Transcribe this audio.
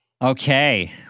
Okay